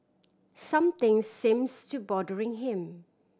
something seems to bothering him